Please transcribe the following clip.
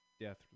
death